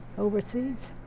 overseas.